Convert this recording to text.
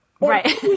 Right